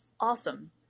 awesome